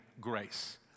grace